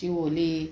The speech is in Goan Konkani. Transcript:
शिवोले